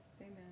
Amen